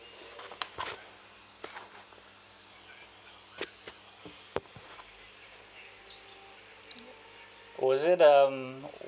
was is it um